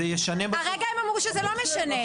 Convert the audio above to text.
זה ישנה --- הרגע הם אמרו שזה לא משנה.